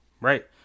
Right